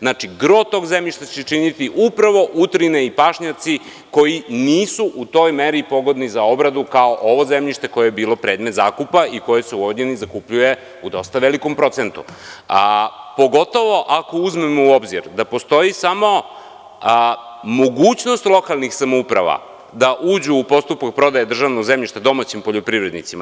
Znači, gro tog zemljišta će čini ti upravo utrine i pašnjaci koji nisu u toj meri pogodni za obradu, kao ovo zemljište koje je bilo predmet zakupa i koje se u Vojvodini zakupljuje u dosta velikom procentu, pogotovo ako uzmemo u obzir da postoji samo mogućnost lokalnih samouprava da uđu u postupak prodaje državnog zemljišta domaćim poljoprivrednicima.